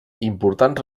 importants